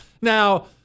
Now